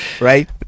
Right